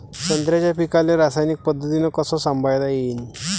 संत्र्याच्या पीकाले रासायनिक पद्धतीनं कस संभाळता येईन?